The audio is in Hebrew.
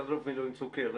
תא"ל במילואים צוקר,